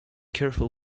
careful